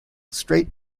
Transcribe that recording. straight